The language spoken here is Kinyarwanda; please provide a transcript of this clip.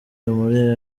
muri